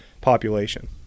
population